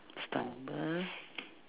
stumble